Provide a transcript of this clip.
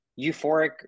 euphoric